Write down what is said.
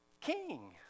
king